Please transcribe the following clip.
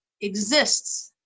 exists